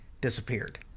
disappeared